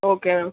okay